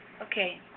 Okay